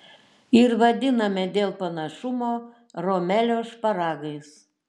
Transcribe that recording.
ir vadiname dėl panašumo romelio šparagais